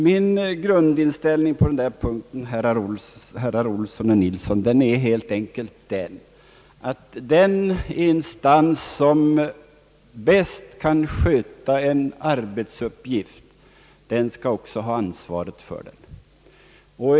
Min grundinställning på denna punkt, herrar Olsson och Nilsson, är helt enkelt att den instans som bäst kan sköta en arbetsuppgift också skall ha ansvaret för den.